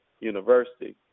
University